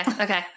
Okay